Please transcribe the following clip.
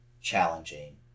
challenging